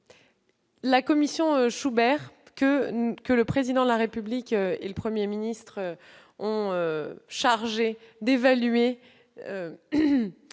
la commission Schubert, que le Président de la République et le Premier ministre ont chargée d'évaluer